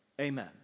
Amen